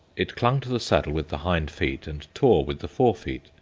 it clung to the saddle with the hind feet and tore with the fore feet,